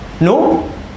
No